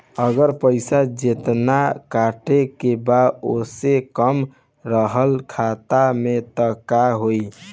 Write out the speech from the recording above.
अगर पैसा जेतना कटे के बा ओसे कम रहल खाता मे त का होई?